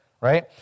right